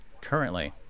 currently